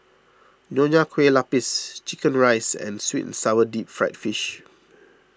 Nonya Kueh Lapis Chicken Rice and Sweet and Sour Deep Fried Fish